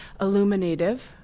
Illuminative